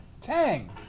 Tang